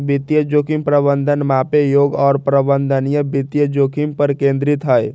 वित्तीय जोखिम प्रबंधन मापे योग्य और प्रबंधनीय वित्तीय जोखिम पर केंद्रित हई